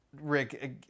Rick